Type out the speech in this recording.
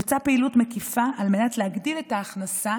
בוצעה פעילות מקיפה על מנת להגדיל את ההכנסה